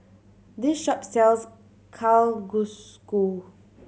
this shop sells Kalguksu